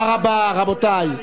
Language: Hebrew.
תודה רבה, רבותי.